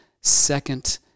second